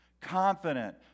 confident